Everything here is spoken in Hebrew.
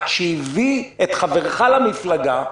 עד שהביא את חברך למפלגה,